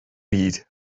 byd